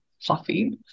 fluffy